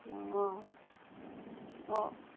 অ অ